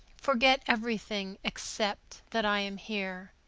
forget everything except that i am here.